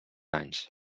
anys